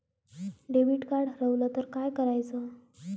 Debit card हरवल तर काय करायच?